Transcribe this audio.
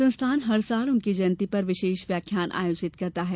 संस्थान हर साल उनकी जयंती पर विशेष व्याख्यान आयोजित करता है